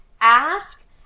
ask